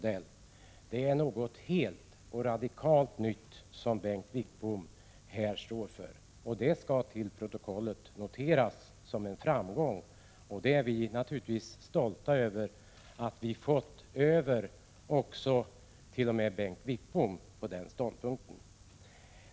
Det är något helt och radikalt nytt som Bengt Wittbom nu stöder. Det skall noteras i protokollet som en framgång. Vi är naturligtvis stolta över att vi har fått över t.o.m. Bengt Wittbom på den ståndpunkten.